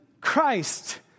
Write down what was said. Christ